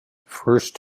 first